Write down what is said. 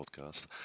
podcast